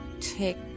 take